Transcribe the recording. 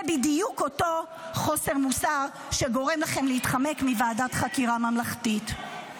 זה בדיוק אותו חוסר מוסר שגורם לכם להתחמק מוועדת חקירה ממלכתית.